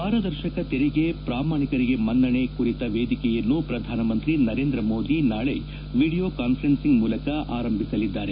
ಪಾರದರ್ಶಕ ತೆರಿಗೆ ಪ್ರಾಮಾಣಿಕರಿಗೆ ಮನ್ನಣೆ ಕುರಿತ ವೇದಿಕೆಯನ್ನು ಪ್ರಧಾನಮಂತ್ರಿ ನರೇಂದ್ರ ಮೋದಿ ನಾಳೆ ವೀಡಿಯೊ ಕಾನ್ವರೆನ್ಸಿಂಗ್ ಮೂಲಕ ಆರಂಭಿಸಲಿದ್ದಾರೆ